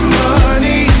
money